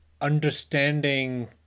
understanding